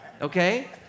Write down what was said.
Okay